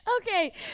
Okay